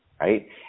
right